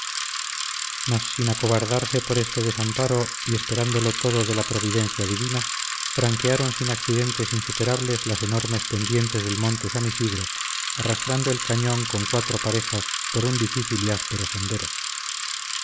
mas sin acobardarse por este desamparo y esperándolo todo de la providencia divina franquearon sin accidentes insuperables las enormes pendientes del monte san isidro arrastrando el cañón con cuatro parejas por un difícil y áspero sendero